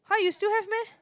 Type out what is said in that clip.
!huh! you still have meh